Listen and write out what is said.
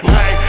Hey